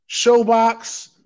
Showbox